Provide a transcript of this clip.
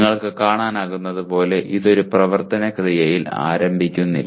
നിങ്ങൾക്ക് കാണാനാകുന്നതുപോലെ ഇത് ഒരു പ്രവർത്തന ക്രിയയിൽ ആരംഭിക്കുന്നില്ല